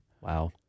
Wow